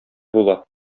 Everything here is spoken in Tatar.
була